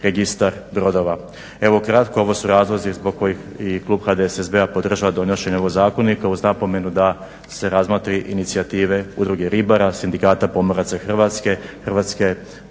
Evo, ukratko ovo su razlozi zbog kojih i klub HDSSB-a podržava donošenje ovog zakonika uz napomenu da se razmotri inicijative Udruge ribara, Sindikata pomoraca Hrvatske, Hrvatske